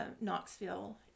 Knoxville